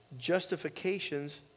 justifications